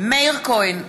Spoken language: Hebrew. מאיר כהן,